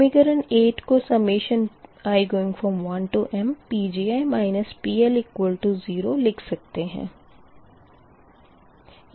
समीकरण 8 को i1mPgi PL0 लिख सकते है